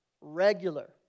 regular